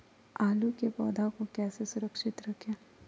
आलू के पौधा को कैसे सुरक्षित रखें?